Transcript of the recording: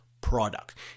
product